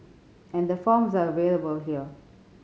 and the forms are available here